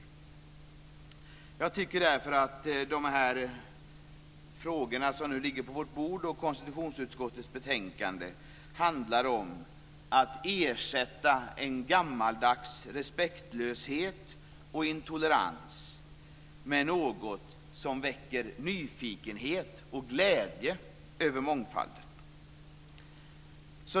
Jag tycker därför att konstitutionsutskottets betänkande och de frågor som nu ligger på vårt bord handlar om att ersätta en gammaldags respektlöshet och intolerans med något som väcker nyfikenhet och glädje över mångfalden.